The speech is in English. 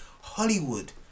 Hollywood